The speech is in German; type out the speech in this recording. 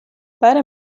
beide